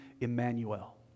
Emmanuel